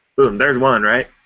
boom, there's one, right?